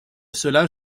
cela